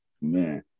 Man